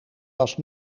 was